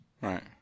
Right